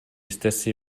stessi